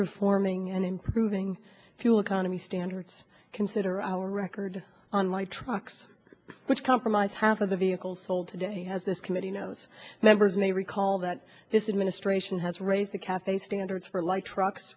reforming and improving fuel economy standards consider our record on light trucks which compromise half of the vehicles sold today has this committee knows members may recall that this administration has raised the cafe standards for light trucks